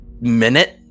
minute